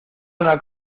una